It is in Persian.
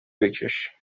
بکش